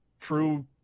true